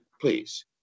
please